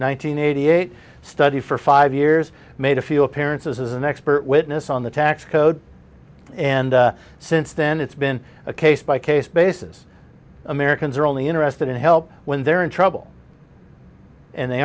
hundred eighty eight study for five years made a few appearances as an expert witness on the tax code and since then it's been a case by case basis americans are only interested in help when they're in trouble and they